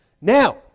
Now